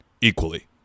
equally